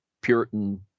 Puritan